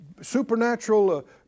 supernatural